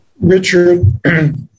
Richard